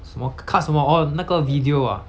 什么 cut 什么 oh 那个 video ah